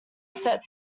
set